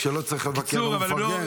כשלא צריך לבקר הוא מפרגן.